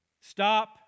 Stop